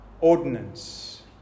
ordinance